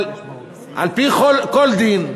אבל על-פי כל דין,